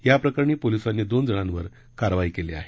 याप्रकरणी पोलिसांनी दोन जणांवर कारवाई केली आहे